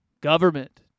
government